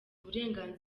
uburenganzira